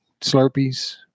slurpees